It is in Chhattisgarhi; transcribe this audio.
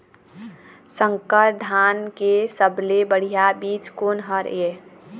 संकर धान के सबले बढ़िया बीज कोन हर ये?